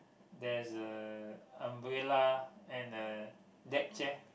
there's a umbrella and a deck chair